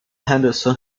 henderson